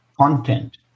content